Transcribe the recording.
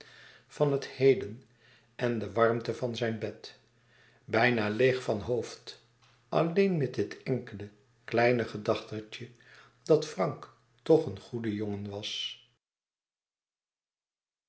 van het heden en de warmte van zijn bed bijna leêg van hoofd alleen met dit enkele kleine gedachtetje dat frank toch een goede jongen was